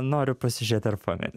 noriu pasižiūrėt ar pameni